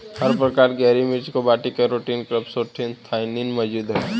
हर प्रकार की हरी मिर्चों में बीटा कैरोटीन क्रीप्टोक्सान्थिन मौजूद हैं